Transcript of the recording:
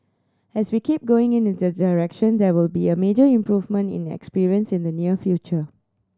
as we keep going in the the direction there will be a major improvement in experience in the near future